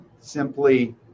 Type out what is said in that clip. simply